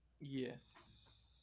yes